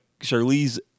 Charlize